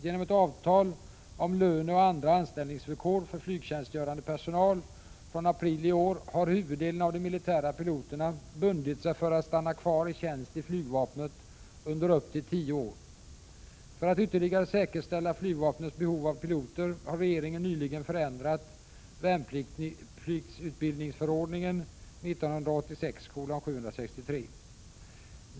Genom ett avtal om löneoch andra anställningsvillkor för flygtjänstgörande personal från april i år har huvuddelen av de militära piloterna bundit sig för att stanna kvar i tjänst i flygvapnet under upp till tio år. För att ytterligare säkerställa flygvapnets behov av piloter har regeringen nyligen ändrat värnpliktsutbildningsförordningen 1986:763.